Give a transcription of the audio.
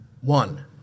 One